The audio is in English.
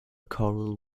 choral